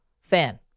fan